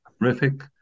horrific